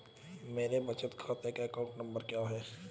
मेरे बचत खाते का अकाउंट नंबर क्या है?